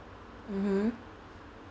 mmhmm